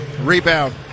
Rebound